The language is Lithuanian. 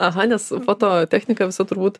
aha nes po to technika visa turbūt